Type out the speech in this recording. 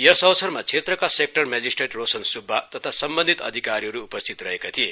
यस अवसरमा क्षेत्रका sector magistrate Roshan Subba तथा सम्वन्धित अधिकारीहरू उपस्थित रहेका थिए